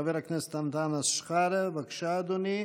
חבר הכנסת אנטאנס שחאדה, בבקשה, אדוני,